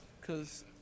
Cause